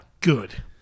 Good